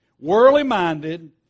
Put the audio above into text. worldly-minded